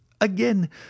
again